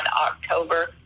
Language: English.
October